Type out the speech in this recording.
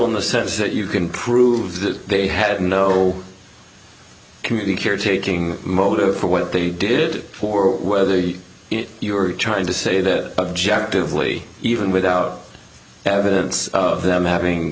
in the sense that you can prove that they had no community caretaking motive for what they did for whether you're trying to say that objectively even without evidence of them having